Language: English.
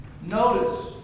notice